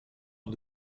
van